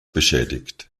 beschädigt